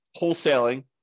wholesaling